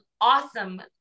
awesome